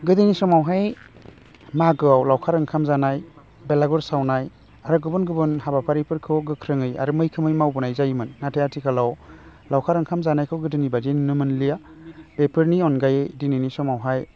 गोदोनि समावहाय मागोआव लावखार ओंखाम जानाय बेलागुर सावनाय आरो गुबुन गुबुन हाबाफारिफोरखौ गोख्रोङै आरो मैखोमै मावबोनाय जायोमोन नाथाय आथिखालाव लावखार ओंखाम जानायखौ गोदोनि बायदि नुनो मोनलिया बेफोरनि अनगायै दिनैनि समावहाय